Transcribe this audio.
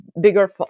bigger